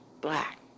black